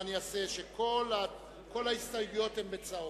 מה אני אעשה שכל ההסתייגויות הן בצהוב.